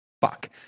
fuck